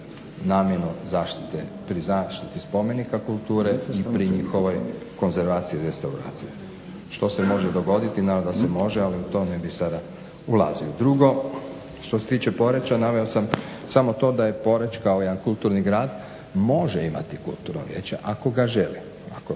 namjenu zaštite, pri zaštiti spomenika kulture i pri njihovoj konzervaciji, restauraciji što se može dogoditi, naravno da se može, ali u to ne bih sada ulazio. Drugo, što se tiče Poreča, naveo sam samo to da je Poreč kao jedan kulturni grad može imati kulturno vijeće ako ga želi,